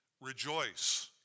rejoice